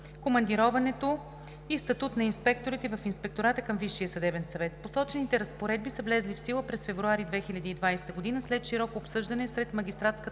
командироването и статута на инспекторите в Инспектората към Висшия съдебен съвет. Посочените разпоредби са влезли в сила през февруари 2020 г. след широко обсъждане сред магистратската